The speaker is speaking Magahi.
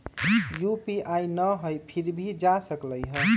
यू.पी.आई न हई फिर भी जा सकलई ह?